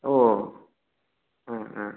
ஓ ஆ ஆ